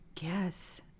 Yes